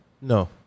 No